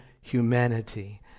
humanity